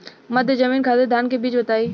मध्य जमीन खातिर धान के बीज बताई?